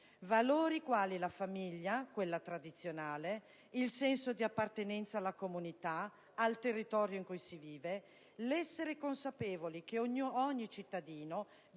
valori quali la famiglia - quella tradizionale - il senso di appartenenza alla comunità, al territorio in cui si vive, l'essere consapevoli che ogni cittadino